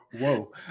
Whoa